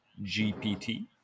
gpt